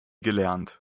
gelernt